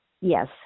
Yes